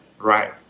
right